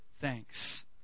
thanks